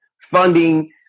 funding